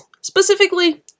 specifically